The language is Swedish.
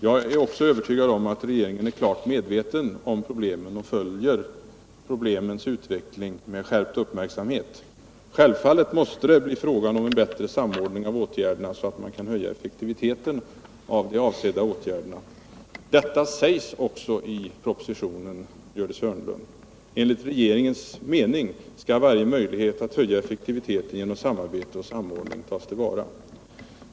Jag är också övertygad om att regeringen är införstådd med problemen och följer dem med skärpt uppmärksamhet. Självfallet måste det bli bättre samordning av åtgärderna så att man kan höja deras effektivitet. Detta sägs också i propositionen, Gördis Hörnlund. Enligt regeringens mening skall varje möjlighet att höja effektiviteten genom samarbete och samordning tas till vara.